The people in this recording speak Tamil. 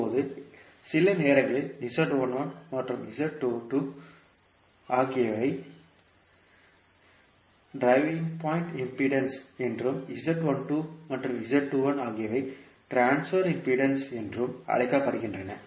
இப்போது சில நேரங்களில் மற்றும் ஆகியவை டிரைவிங் பாயிண்ட் இம்பிடேன்ஸ் என்றும் மற்றும் ஆகியவை ட்ரான்ஸ்பர் இம்பிடேன்ஸ் என்றும் அழைக்கப்படுகின்றன